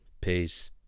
Peace